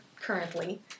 currently